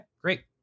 great